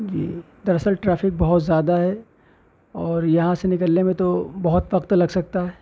جی دراصل ٹرافک بہت زیادہ ہے اور یہاں سے نکلنے میں تو بہت وقت لگ سکتا ہے